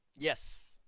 Yes